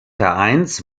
vereins